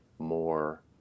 more